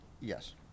Yes